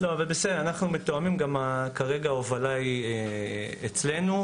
אנחנו מתואמים וכרגע ההובלה היא אצלנו,